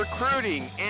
recruiting